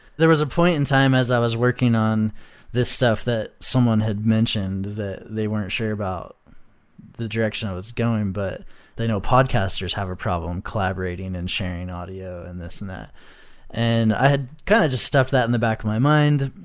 there was a point in time as i was working on this stuff that someone had mentioned that they weren't sure about the direction i was going, but they know podcasters have a problem collaborating and sharing audio and this ah and that. i had kind of just stuffed that in the back of my mind.